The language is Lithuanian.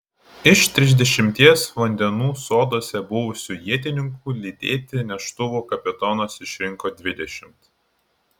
iš trisdešimties vandenų soduose buvusių ietininkų lydėti neštuvų kapitonas išrinko dvidešimt